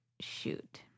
shoot